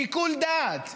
שיקול דעת,